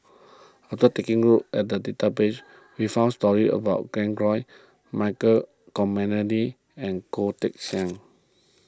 after taking a look at the database we found stories about Glen Goei Michael Olcomendy and Goh Teck Sian